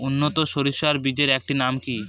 উন্নত সরষে বীজের একটি নাম কি?